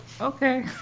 okay